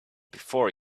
before